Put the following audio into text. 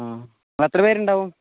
നിങ്ങൾ എത്ര പേരുണ്ടാകും